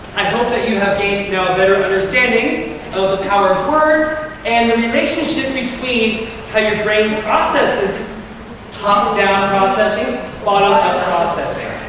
i hope that you have gained now a better understanding of the power of words and the relationship between how your brain processes top down and processing and bottom up processing.